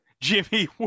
Jimmy